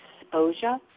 exposure